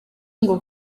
ngo